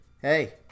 hey